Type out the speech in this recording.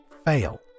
fail